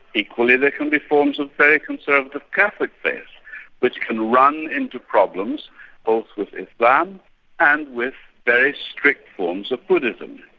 equally there can be forms of very conservative catholic faith which can run into problems both with islam and with very strict forms of buddhism.